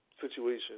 situation